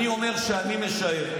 אני אומר שאני משער.